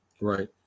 Right